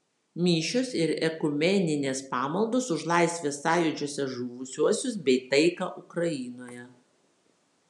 mišios ir ekumeninės pamaldos už laisvės sąjūdžiuose žuvusiuosius bei taiką ukrainoje